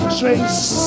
trace